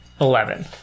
eleven